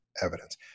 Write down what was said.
evidence